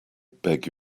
beg